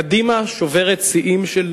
קדימה שוברת שיאים של